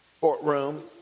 courtroom